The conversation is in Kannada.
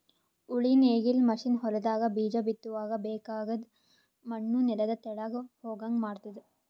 ಉಳಿ ನೇಗಿಲ್ ಮಷೀನ್ ಹೊಲದಾಗ ಬೀಜ ಬಿತ್ತುವಾಗ ಬೇಕಾಗದ್ ಮಣ್ಣು ನೆಲದ ತೆಳಗ್ ಹೋಗಂಗ್ ಮಾಡ್ತುದ